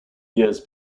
years